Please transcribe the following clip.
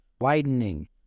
widening